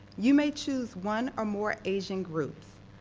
you may choose one or more asian group,